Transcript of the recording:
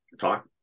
talk